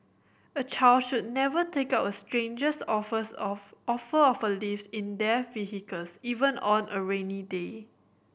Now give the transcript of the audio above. a child should never take up a stranger's offers of offer of lift in their vehicles even on a rainy day